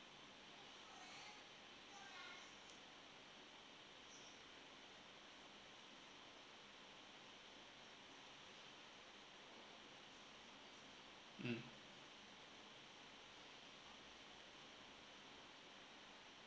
mm